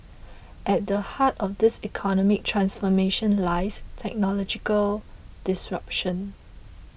at the heart of this economic transformation lies technological disruption